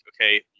okay